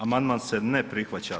Amandman se ne prihvaća.